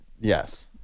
Yes